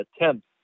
attempts